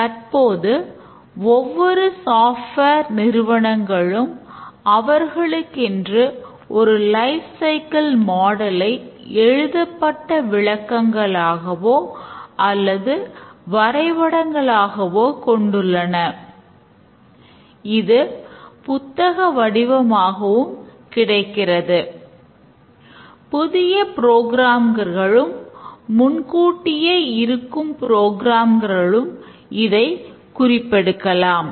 தற்போது ஒவ்வொரு சாஃப்ட்வேர் இதை குறிப்பெடுக்கலாம்